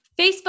Facebook